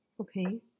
Okay